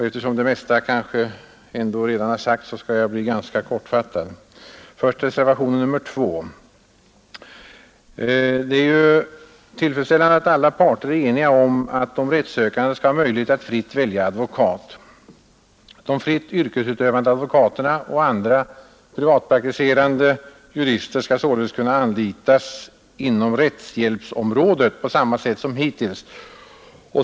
Eftersom det mesta kanske ändå redan har sagts skall jag bli ganska kortfattad. Det gäller först reservationen 2. Det är tillfredsställande att alla parter är eniga om att de rättssökande skall ha möjlighet att fritt välja advokat. De fritt yrkesutövande advokaterna och andra privatpraktiserande jurister skall således kunna anlitas inom rättshjälpsområdet på samma sätt som hittills.